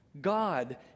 god